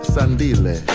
Sandile